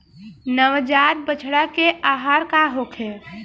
नवजात बछड़ा के आहार का होखे?